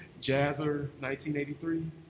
Jazzer1983